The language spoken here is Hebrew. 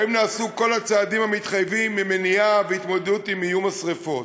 האם נעשו כל הצעדים המתחייבים למניעה והתמודדות עם איום השרפות?